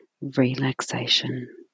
relaxation